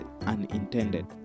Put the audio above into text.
unintended